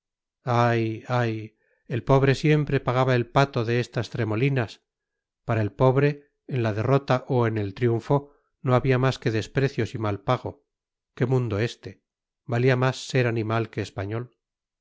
ay ay el pobre siempre pagaba el pato en estas tremolinas para el pobre en la derrota o en el triunfo no había más que desprecios y mal pago qué mundo este valía más ser animal que español